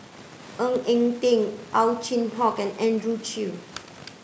Ng Eng Teng Ow Chin Hock and Andrew Chew